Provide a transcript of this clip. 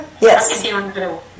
Yes